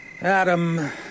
Adam